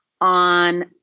on